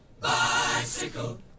Bicycle